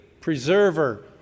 preserver